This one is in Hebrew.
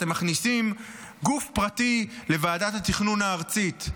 אתם מכניסים גוף פרטי לוועדת התכנון הארצית.